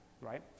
right